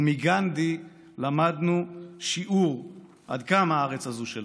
ומגנדי למדנו שיעור עד כמה הארץ הזאת שלנו.